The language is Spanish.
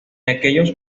aquellos